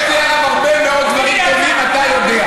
יש לי עליו הרבה מאוד דברים טובים, אתה יודע.